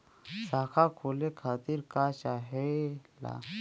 खाता खोले खातीर का चाहे ला?